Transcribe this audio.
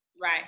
Right